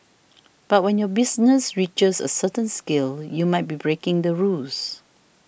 but when your business reaches a certain scale you might be breaking the rules